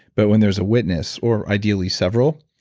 but when there's a witness or ideally several,